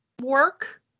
work